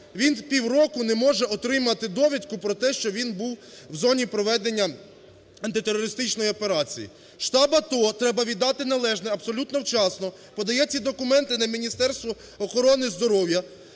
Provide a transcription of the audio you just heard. він півроку не може отримати довідку про те, що він в зоні проведення антитерористичної операції. Штаб АТО, треба віддати належне, абсолютно вчасно подає ці документи на Міністерство охорони здоров'я,